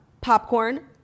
popcorn